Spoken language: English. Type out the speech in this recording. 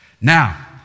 Now